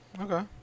Okay